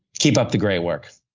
keep up the great work.